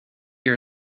your